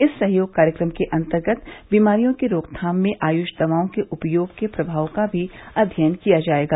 इस सहयोग कार्यक्रम के अंतर्गत बीमारियों की रोकथाम में आयुष दवाओं के उपयोग के प्रभाव का भी अध्ययन किया जाएगा